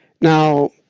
Now